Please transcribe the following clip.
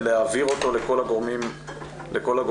להבהיר אותו לכל הגורמים בשטח.